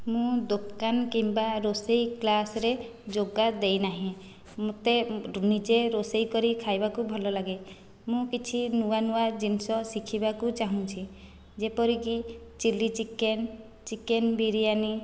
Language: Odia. ମୁଁ ଦୋକାନ କିମ୍ବା ରୋଷେଇ କ୍ଲାସରେ ଯୋଗ ଦେଇ ନାହିଁ ମେତେ ନିଜେ ରୋଷେଇ କରି ଖାଇବାକୁ ଭଲ ଲାଗେ ମୁଁ କିଛି ନୂଆ ନୂଆ ଜିନିଷ ଶିଖିବାକୁ ଚାହୁଁଛି ଯେପରିକି ଚିଲ୍ଲି ଚିକେନ ଚିକେନ ବିରିୟାନି